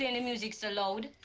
the and music so loud?